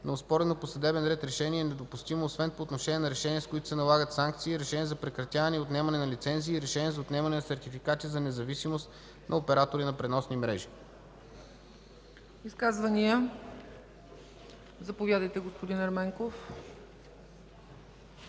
на оспорено по съдебен ред решение е недопустимо, освен по отношение на решения, с които се налагат санкции, решения за прекратяване и отнемане на лицензии и решения за отнемане на сертификати за независимост на оператори на преносни мрежи.” ПРЕДСЕДАТЕЛ ЦЕЦКА ЦАЧЕВА: Изказвания? Заповядайте, господин Ерменков.